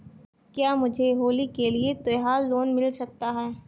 क्या मुझे होली के लिए त्यौहार लोंन मिल सकता है?